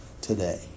today